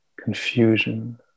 confusion